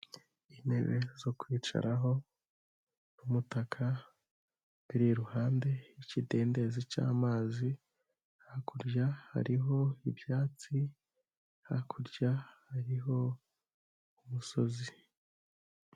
Intebe zo kwicaraho n'umutaka biri iruhande rw'ikidendezi cy'amazi, hakurya hariho ibyatsi, hakurya hariho umusozi.